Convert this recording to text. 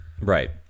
Right